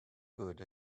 good